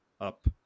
up